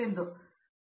ಮತ್ತು ಎಲ್ಲಾ